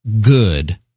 good